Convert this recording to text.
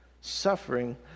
Suffering